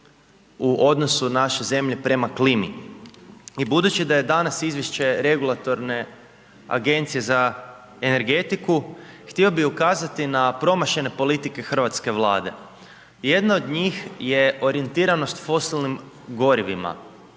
u odnosu naše zemlje prema klimi i budući da je danas izvješće regulatorne Agencije za energetiku, htio bih ukazati na promašene politike hrvatske Vlade. Jedno od njih je orijentiranost fosilnim gorivima.